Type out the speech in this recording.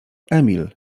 emil